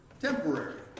temporary